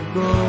go